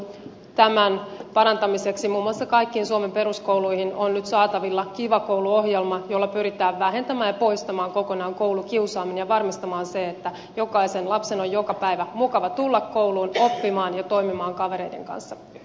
tämän parantamiseksi muun muassa kaikkiin suomen peruskouluihin on nyt saatavilla kiva koulu ohjelma jolla pyritään vähentämään koulukiusaamista ja poistamaan se kokonaan ja varmistamaan se että jokaisen lapsen on joka päivä mukava tulla kouluun oppimaan ja toimimaan kavereiden kanssa